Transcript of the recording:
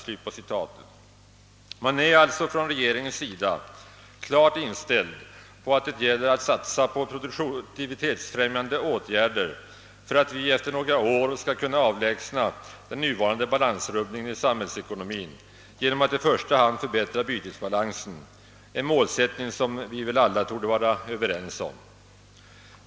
Regeringen är alltså klart inställd på att det gäller att satsa på produktivitetsfrämjande åtgärder för att vi efter några år skall kunna avlägsna den nuvarande balansrubbningen i samhällsekonomin genom att i första hand förbättra bytesbalansen — en målsättning som vi alla torde vara överens om.